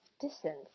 distance